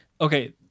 okay